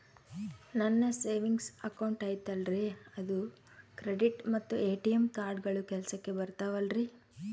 ನನ್ನ savings account ಐತಲ್ರೇ ಅದು ಕ್ರೆಡಿಟ್ ಮತ್ತ ಎ.ಟಿ.ಎಂ ಕಾರ್ಡುಗಳು ಕೆಲಸಕ್ಕೆ ಬರುತ್ತಾವಲ್ರಿ?